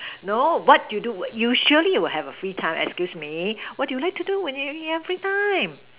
no what you do you surely will have a free time excuse me what do you like to do when you have free time